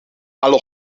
alle